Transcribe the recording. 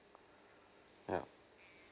yup